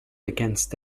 against